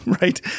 right